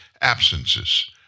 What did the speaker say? absences